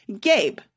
Gabe